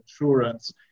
insurance